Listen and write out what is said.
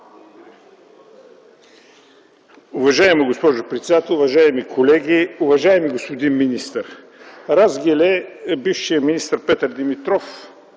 Уважаема госпожо председател, уважаеми колеги, уважаеми господин министър! Разгеле бившият министър Петър Димитров